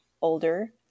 older